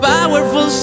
Powerful